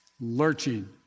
lurching